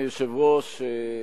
אדוני היושב-ראש,